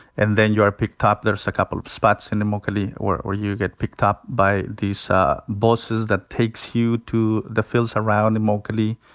and then you are picked up. there's a couple of spots in immokalee where you get picked up by these bosses that takes you to the fields around immokalee.